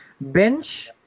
bench